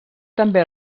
també